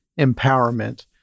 empowerment